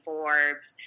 Forbes